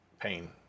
pain